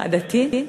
הדתי,